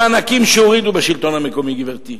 המענקים שהורידו מהשלטון המקומי, גברתי,